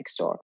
Nextdoor